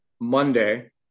Monday